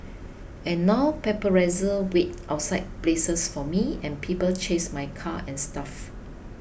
and now paparazzi wait outside places for me and people chase my car and stuff